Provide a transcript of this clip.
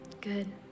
Good